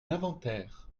l’inventaire